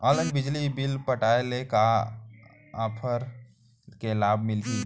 Online बिजली bill पटाय ले का का ऑफ़र के लाभ मिलही?